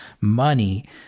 money